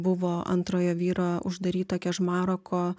buvo antrojo vyro uždaryta kežmaroko